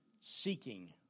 seeking